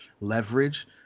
leverage